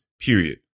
Period